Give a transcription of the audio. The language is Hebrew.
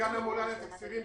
סגן הממונה על התקציבים,